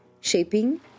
shaping